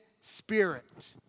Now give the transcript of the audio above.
spirit